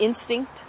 instinct